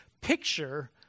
picture